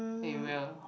area